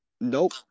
Nope